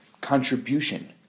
contribution